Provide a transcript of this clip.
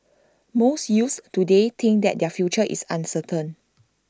most youths today think that their future is uncertain